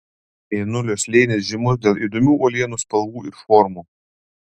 mėnulio slėnis žymus dėl įdomių uolienų spalvų ir formų